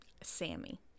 sammy